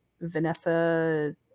vanessa